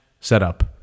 setup